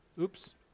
Oops